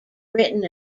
written